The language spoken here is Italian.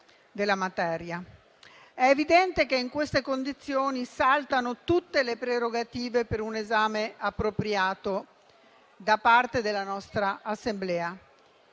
È evidente che in queste condizioni saltano tutte le prerogative per un esame appropriato da parte della nostra Assemblea.